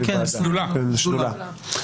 בשדולה.